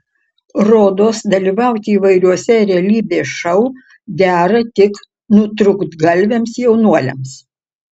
rodos dalyvauti įvairiuose realybės šou dera tik nutrūktgalviams jaunuoliams